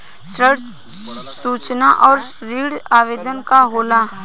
ऋण सूचना और ऋण आवेदन का होला?